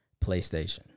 PlayStation